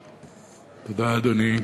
תודה, אדוני.